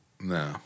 No